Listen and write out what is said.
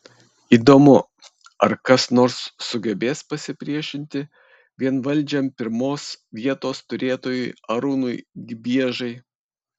įdomu ar kas nors sugebės pasipriešinti vienvaldžiam pirmos vietos turėtojui arūnui gibiežai